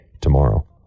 tomorrow